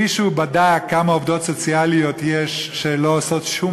מישהו בדק כמה עובדות סוציאליות יש שלא עושות שום